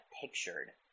pictured